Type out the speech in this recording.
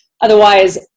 Otherwise